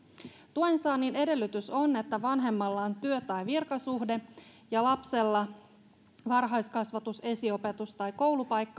tuensaannin edellytys on että vanhemmalla on työ tai virkasuhde ja lapsella varhaiskasvatus esiopetus tai koulupaikka